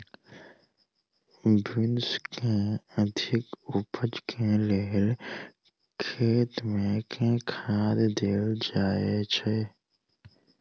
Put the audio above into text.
Beans केँ अधिक उपज केँ लेल खेत मे केँ खाद देल जाए छैय?